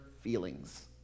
feelings